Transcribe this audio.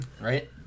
Right